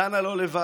דנה לא לבד.